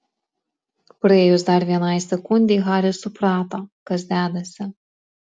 praėjus dar vienai sekundei haris suprato kas dedasi